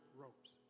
ropes